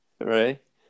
Right